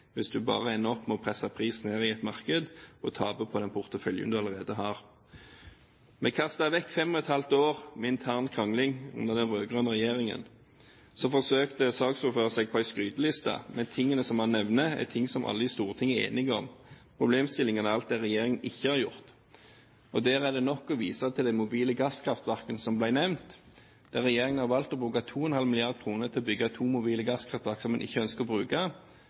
hvis en bare ender opp med å presse prisene i et marked og taper på den porteføljen en allerede har. Vi har kastet bort fem og et halvt år med intern krangling under den rød-grønne regjeringen. Saksordføreren forsøkte seg på en skryteliste, men det han nevnte, er noe alle i Stortinget er enige om. Problemstillingen er alt det regjeringen ikke har gjort. Der er det nok å vise til de mobile gasskraftverkene som ble nevnt, der regjeringen har valgt å bruke 2,5 mrd. kr til å bygge to mobile gasskraftverk som en ikke ønsker å bruke.